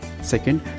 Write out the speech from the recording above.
Second